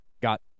got